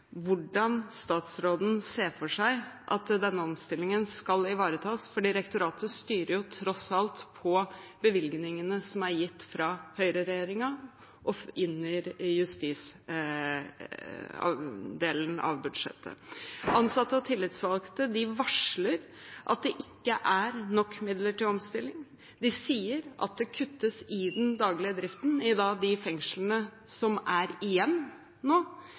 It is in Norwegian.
hvordan statsråden ser for seg at denne omstillingen skal ivaretas, for direktoratet styrer tross alt på bevilgningene som er gitt fra høyreregjeringen og inn i justisdelen av budsjettet. Ansatte og tillitsvalgte varsler at det ikke er nok midler til omstilling. De sier at det kuttes i den daglige driften i de fengslene som er igjen nå.